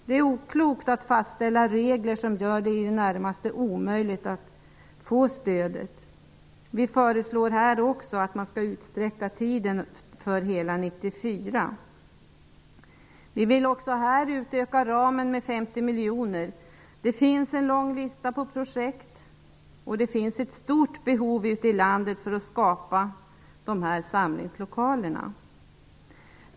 Det är oklokt att fastställa regler som gör att det är i det närmaste omöjligt att få stöd. Vi föreslår att tiden utsträcks till hela 1994. Vi föreslår även här att ramen skall ökas med 50 miljoner. Det finns en lång lista med projekt. Ute i landet finns det ett stort behov av att skapa samlingslokaler.